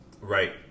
right